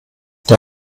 der